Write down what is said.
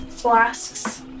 flasks